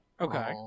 okay